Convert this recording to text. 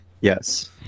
Yes